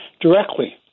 directly